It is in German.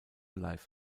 life